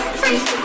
free